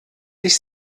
dich